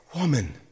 woman